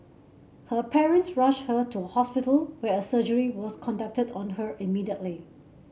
her parents rushed her to a hospital where a surgery was conducted on her immediately